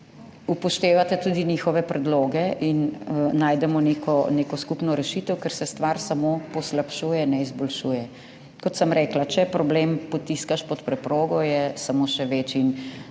upoštevate tudi njihove predloge in najdemo neko skupno rešitev, ker se stvar samo poslabšuje, ne izboljšuje. Kot sem rekla, če problem potiskaš pod preprogo, je samo še večji.